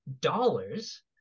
dollars